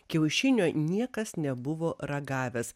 kiaušinio niekas nebuvo ragavęs